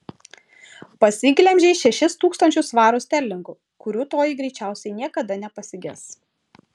pasiglemžei šešis tūkstančius svarų sterlingų kurių toji greičiausiai niekada nepasiges